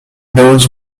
knows